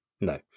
No